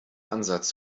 ansatz